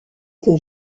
que